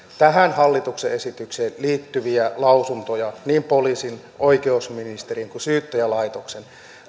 tähän hallituksen esitykseen liittyviä lausuntoja niin poliisin oikeusministerin kuin syyttäjälaitoksenkin